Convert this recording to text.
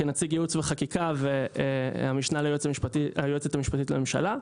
כנציג ייעוץ וחקיקה והמשנה ליועצת המשפטית לממשלה,